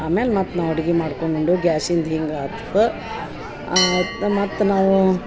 ಆಮೇಲೆ ಮತ್ತೆ ನಾವು ಅಡ್ಗಿ ಮಾಡ್ಕೊಂಡು ಉಂಡು ಗ್ಯಾಸಿಂದ ಹಿಂಗಾತ್ವ ಆಯಿತಾ ಮತ್ತೆ ನಾವು